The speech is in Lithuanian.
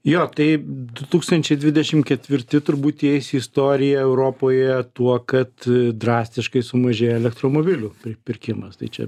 jo tai du tūkstančiai dvidešimt ketvirti turbūt įeis į istoriją europoje tuo kad drastiškai sumažėjo elektromobilių pirkimas tai čia